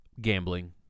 Gambling